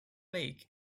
lake